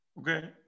Okay